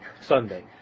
Sunday